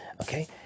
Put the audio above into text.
okay